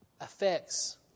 affects